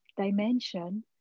dimension